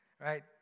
Right